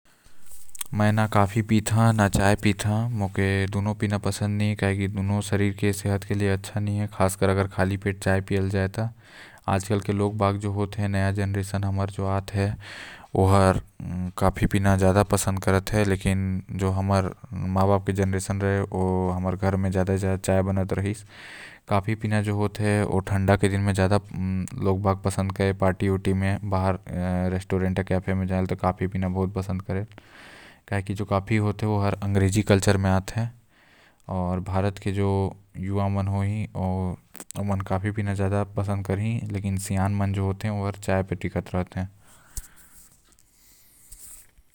मै ह चाय आऊ काफी मेम दोनों पीना पसंद करु काबर की दोनों स्वाद म बहुत अच्छा होएल आऊ साथ ही मूड का ताज़ा करेल आऊ ज्यादा काम करे म प्रोत्साहित करेल एकर फ्लेवर है।